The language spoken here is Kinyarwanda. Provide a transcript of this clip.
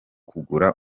kugura